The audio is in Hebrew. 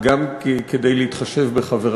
זה בית-ספר מיוחד.